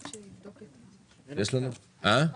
שלום לכולם,